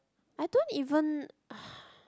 I don't even